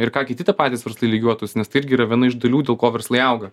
ir ką kiti tie patys verslai lygiuotųsi nes tai irgi yra viena iš dalių dėl ko verslai auga